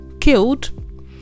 killed